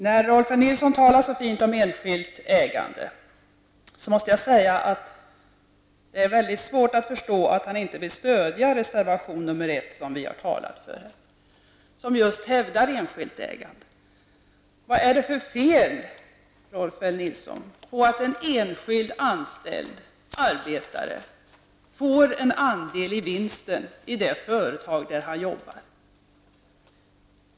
När Rolf L Nilsson talar så fint om enskilt ägande, är det väldigt svårt att förstå att han inte vill stödja reservation nr 1, som vi har talat för och där vi hävdar det enskilda ägandet. Vad är det för fel, Rolf L Nilsson, att en enskild anställd får en andel i vinsten i det företag där han jobbar?